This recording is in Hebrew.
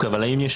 אבל האם יש